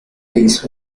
hizo